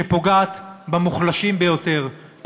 שפוגעת במוחלשים ביותר,